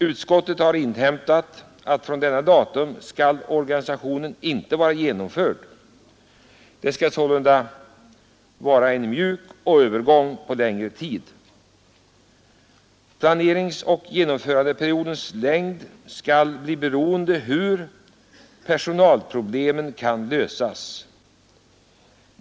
Utskottet har inhämtat att organisationen inte skall vara helt Nr 140 genomförd från detta datum, utan att det sålunda skall vara en mjuk Onsdagen den övergång. Planeringsoch genomförandeperiodens längd anges vidare bli 13 december 1972 beroende av hur personalproblemen i samband med omorganisationen kan lösas.